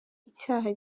icyaha